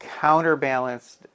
counterbalanced